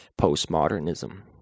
postmodernism